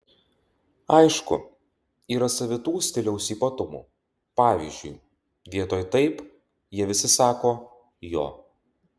aišku yra savitų stiliaus ypatumų pavyzdžiui vietoj taip jie visi sako jo